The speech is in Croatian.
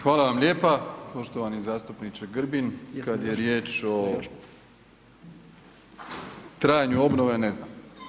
Hvala vam lijepa poštovani zastupniče Grbin, kad je riječ o trajanju obnove ne znam.